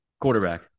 Quarterback